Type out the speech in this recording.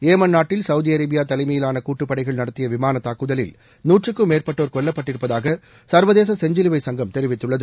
Yemen நாட்டில் Saudi Arabia தலைமையிலான கூட்டுப்படைகள் நடத்திய விமானத் தாக்குதலில் நூற்றுக்கு மேற்பட்டோர் கொல்லப்பட்டிருப்பதாக சர்வதேச செஞ்சிலுவைச் சங்கம் தெரிவித்துள்ளது